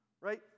Right